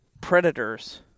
predators